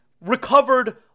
recovered